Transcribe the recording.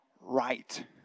right